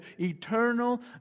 eternal